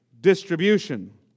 distribution